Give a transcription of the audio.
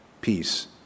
peace